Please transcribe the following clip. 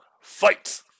fight